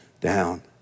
down